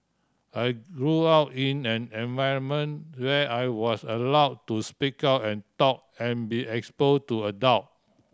I grew up in an environment where I was allow to speak out and talk and be expose to adult